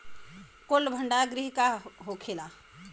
Cold भण्डार गृह का होखेला?